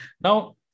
Now